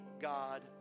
God